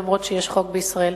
אף-על-פי שיש חוק בישראל.